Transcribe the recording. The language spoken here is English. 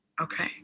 okay